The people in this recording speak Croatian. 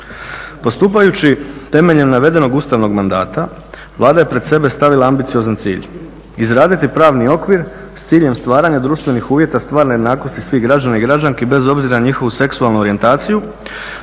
Postupajući temeljem navedenog ustavnog mandata, Vlada je pred sebe stavila ambiciozni cilj, izraditi pravni okvir s ciljem stvaranja društvenih uvjeta stvarne jednakosti svih građana i građanki bez obzira na njihovu seksualnu orijentaciju